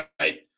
right